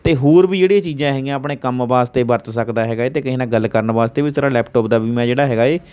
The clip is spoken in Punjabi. ਅਤੇ ਹੋਰ ਵੀ ਜਿਹੜੀਆਂ ਚੀਜ਼ਾਂ ਹੈਗੀਆਂ ਆਪਣੇ ਕੰਮ ਵਾਸਤੇ ਵਰਤ ਸਕਦਾ ਹੈਗਾ ਏ ਅਤੇ ਕਿਸੇ ਨਾਲ਼ ਗੱਲ ਕਰਨ ਵਾਸਤੇ ਉਸ ਤਰ੍ਹਾਂ ਲੈਪਟੋਪ ਦਾ ਵੀ ਮੈਂ ਜਿਹੜਾ ਹੈਗਾ ਏ